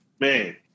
man